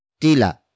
tila